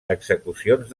execucions